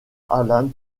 alan